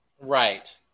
Right